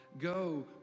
Go